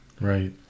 Right